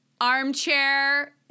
armchair